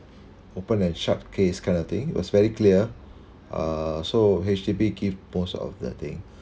open and shut case kind of thing was very clear uh so H_D_B keep post of the thing